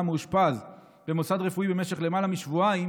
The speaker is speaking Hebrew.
המאושפז במוסד רפואי במשך למעלה משבועיים